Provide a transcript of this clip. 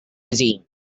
regime